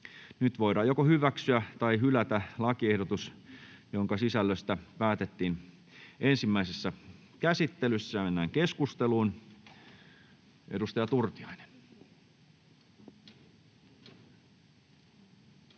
Nyt voidaan hyväksyä tai hylätä lakiehdotus, jonka sisällöstä päätettiin ensimmäisessä käsittelyssä. — Edustaja Turtiainen.